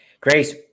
Grace